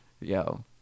Yo